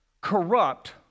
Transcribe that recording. corrupt